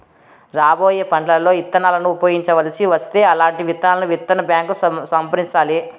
రాబోయే పంటలలో ఇత్తనాలను ఉపయోగించవలసి వస్తే అల్లాంటి విత్తనాలను విత్తన బ్యాంకు సంరక్షిస్తాది